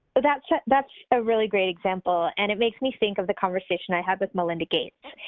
that's that's a really great example. and it makes me think of the conversation i had with melinda gates.